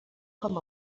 com